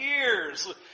years